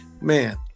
Man